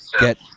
get